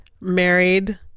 married